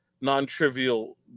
Non-trivial